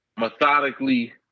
methodically